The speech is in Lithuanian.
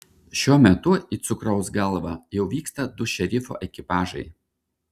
šiuo metu į cukraus galvą jau vyksta du šerifo ekipažai